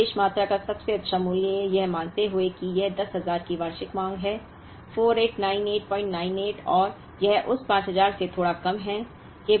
आर्थिक आदेश मात्रा का सबसे अच्छा मूल्य यह मानते हुए कि यह 10000 की वार्षिक मांग है 489898 है और यह उस 5000 से थोड़ा कम है